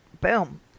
boom